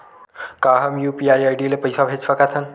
का हम UPI ID ले पईसा भेज सकथन?